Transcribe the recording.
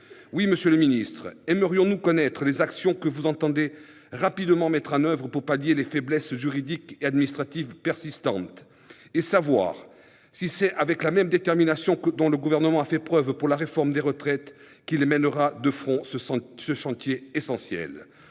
Aussi, monsieur le ministre, nous aimerions connaître les actions que vous entendez rapidement mettre en oeuvre pour pallier les faiblesses juridiques et administratives persistantes, et savoir si c'est avec la même détermination dont le Gouvernement a fait preuve pour conduire la réforme des retraites qu'il mènera de front ce chantier essentiel.